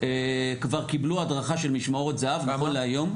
כבר קיבלו הדרכה של משמרות זהב נכון להיום.